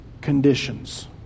conditions